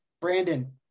Brandon